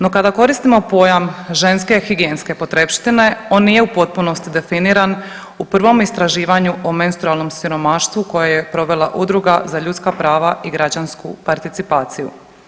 No, kada koristimo pojam ženske higijenske potrepštine, on nije u potpunosti definiran u prvom istraživanju o menstrualnom siromaštvu koje je provela Udruga za ljudska prava i građansku participaciju.